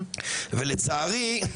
לצערי,